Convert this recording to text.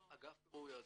אגף בירור יהדות.